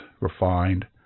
refined